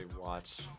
watch